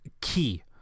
key